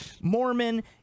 Mormon